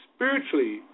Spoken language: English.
Spiritually